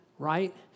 Right